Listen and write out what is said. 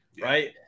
Right